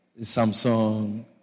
Samsung